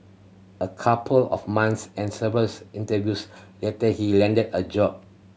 a couple of months and servers interviews later he landed a job